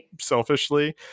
selfishly